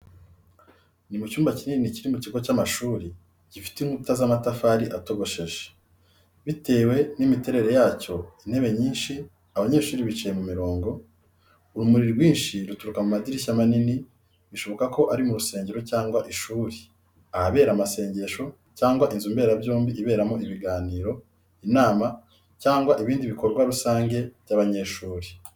Ni mu cyumba kinini kiri mu kigo cy'amashuri, gifite inkuta z'amatafari atogosheje. Bitewe n'imiterere yacyo intebe nyinshi abanyeshuri bicaye mu mirongo, urumuri rwinshi ruturuka ku madirishya manini, bishoboka ko ari mu rusengero cyangwa ishuri, ahabera amasengesho cyangwa inzu mberabyombi iberamo ibiganiro, inama, cyangwa ibindi bikorwa rusange by’abanyeshuri.